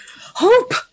hope